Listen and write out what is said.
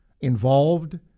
involved